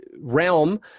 realm